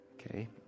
Okay